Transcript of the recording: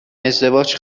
ازدواج